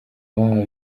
bahawe